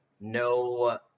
no